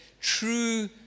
true